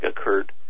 occurred